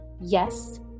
Yes